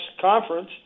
Conference